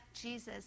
Jesus